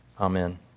Amen